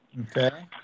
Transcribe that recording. Okay